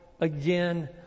again